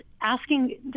asking